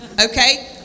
okay